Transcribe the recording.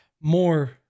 more